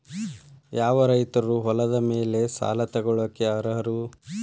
ಯಾವ ರೈತರು ಹೊಲದ ಮೇಲೆ ಸಾಲ ತಗೊಳ್ಳೋಕೆ ಅರ್ಹರು?